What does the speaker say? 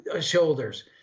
shoulders